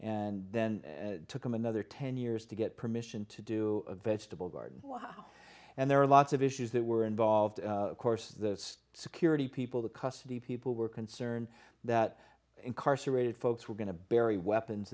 and then took them another ten years to get permission to do a vegetable garden wow and there are lots of issues that were involved of course the security people the custody people were concerned that incarcerated folks were going to bury weapons